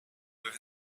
with